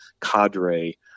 cadre